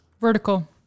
vertical